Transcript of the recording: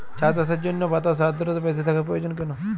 চা চাষের জন্য বাতাসে আর্দ্রতা বেশি থাকা প্রয়োজন কেন?